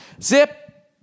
Zip